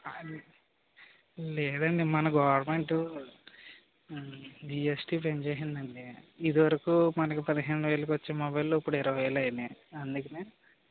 లేదండి మన government GST పెంచేసిందండి ఇది వరకు మనకు పదిహేను వేలకు వచ్చే మొబైల్ ఇప్పుడు ఇరవై వేలయినాయి అందుకనే